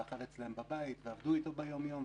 והוא אכל אצלם בבית ועבדו איתו ביומיום,